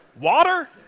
water